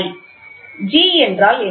G என்றால் என்ன